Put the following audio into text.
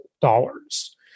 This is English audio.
dollars